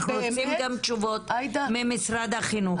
אנחנו צריכות גם לשמוע תשובות ממשרד החינוך.